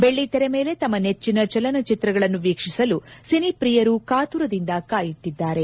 ಬೆಳ್ಳಿತೆರೆ ಮೇಲೆ ತಮ್ಮ ನೆಚ್ಚಿನ ಚಲನಚಿತ್ರಗಳನ್ನು ವೀಕ್ಷಿಸಲು ಸಿನಿ ಪ್ರಿಯರು ಕಾತುರದಿಂದ ಕಾಯುತ್ತಿದ್ದಾರೆ